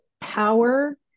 power